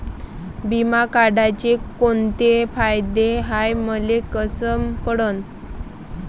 बिमा काढाचे कोंते फायदे हाय मले कस कळन?